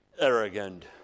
arrogant